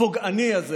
הפוגעני הזה